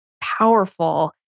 powerful